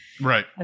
right